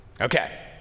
Okay